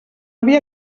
havia